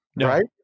Right